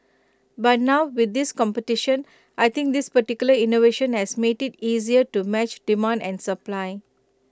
but now with this competition I think this particular innovation has made IT easier to match demand and supply